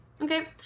Okay